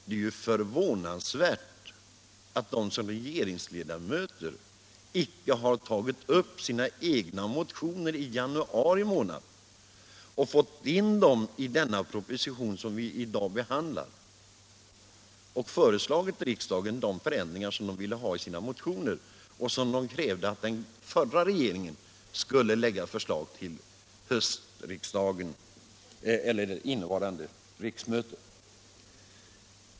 Det förvånar mig att de inte har tagit med sina egna motionsförslag från januari månad i den proposition som vi nu behandlar. Det hade varit naturligt att förelägga riksdagen sådana förslag till förändringar som de tidigare krävt att den förra regeringen skulle lägga fram förslag om till innevarande riksmöte.